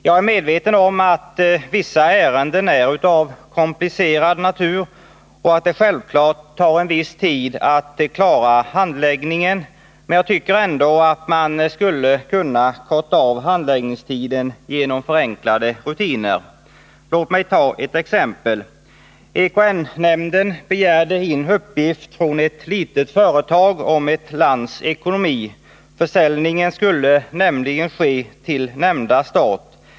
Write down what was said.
Jag är medveten om att vissa ärenden är av komplicerad natur och att det självfallet tar en viss tid att klara handläggningen, men jag tycker ändå att man skulle kunna förkorta handläggningstiden genom förenklade rutiner. Låt mig ta ett exempel. Exportkreditnämnden begärde från ett litet företag en uppgift om ett lands ekonomi. Försäljningen skulle nämligen ske till landet i fråga.